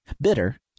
bitter